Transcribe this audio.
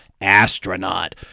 Astronaut